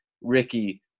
Ricky